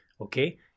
okay